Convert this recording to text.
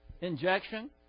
injection